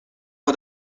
for